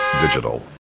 Digital